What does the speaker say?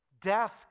death